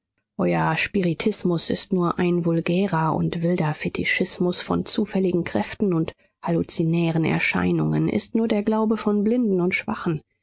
euer spiritismus ist nur ein vulgärer und wilder fetischismus von zufälligen kräften und halluzinären erscheinungen ist nur der glaube von blinden und schwachen